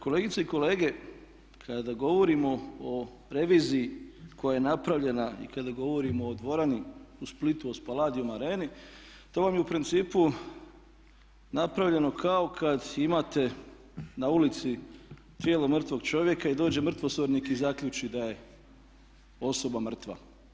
Kolegice i kolege kada govorimo o reviziji koja je napravljena i kada govorimo o dvorani u Splitu, o Spaladium areni to vam je u principu napravljeno kao kad imate na ulici tijelo mrtvog čovjeka i dođe mrtvozornik i zaključi da je osoba mrtva.